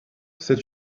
c’est